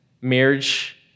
marriage